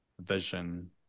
vision